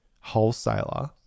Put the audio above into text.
wholesaler